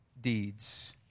deeds